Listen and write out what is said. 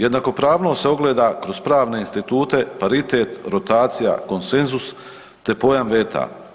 Jednakopravnost se ogleda kroz pravne institute, paritet, rotacija, konsenzus te pojam veta.